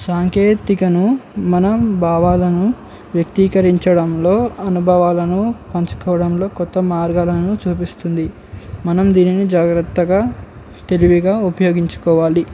సాంకేతికతను మనం భావాలను వ్యక్తీకరించడంలో అనుభవాలను పంచుకోవడంలో కొత్త మార్గాలను చూపిస్తుంది మనం దీనిని జాగ్రత్తగా తెలివిగా ఉపయోగించుకోవాలి